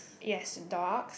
yes dog